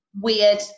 Weird